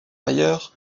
ailleurs